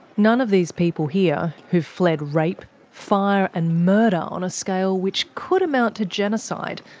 none of these people here, who've fled rape, fire, and murder on a scale which could amount to genocide,